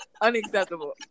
unacceptable